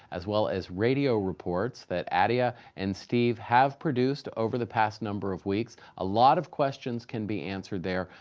as well as radio reports that adia and steve have produced over the past number of weeks. a lot of questions can be answered there.